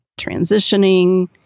transitioning